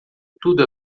tudo